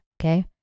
Okay